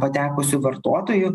patekusių vartotojų